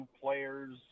players